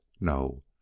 No